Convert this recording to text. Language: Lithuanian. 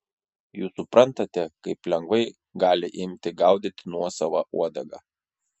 jūs suprantate kaip lengvai gali imti gaudyti nuosavą uodegą